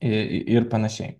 ir ir panašiai